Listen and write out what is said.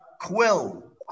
quill